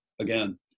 again